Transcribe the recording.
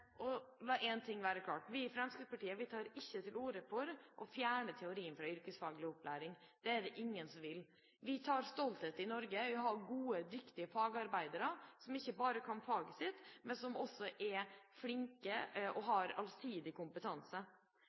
La én ting være klart: Vi i Fremskrittspartiet tar ikke til orde for å fjerne teorien fra yrkesfaglig opplæring. Det er det ingen som vil. Vi har stolthet i Norge for å ha gode, flinke og dyktige fagarbeidere, som ikke bare kan faget sitt, men som også har allsidig kompetanse. Det som er